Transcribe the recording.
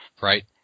Right